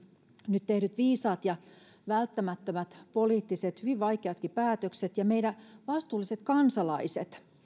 nyt tehdyt viisaat ja välttämättömät poliittiset hyvin vaikeatkin päätökset ja meidän vastuulliset kansalaiset